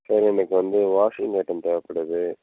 sir இன்னிக்கு வந்து washing item தேவைப்படுது